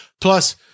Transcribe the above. Plus